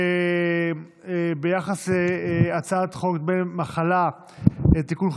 ביחס להצעת חוק דמי מחלה (תיקון,